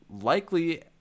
likely